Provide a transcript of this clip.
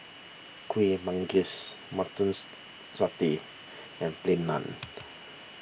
Kuih Manggis Mutton Satay and Plain Naan